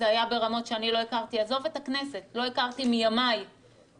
זה היה ברמות שאני לא הכרתי עזוב את הכנסת לא הכרתי מימיי שמתקיים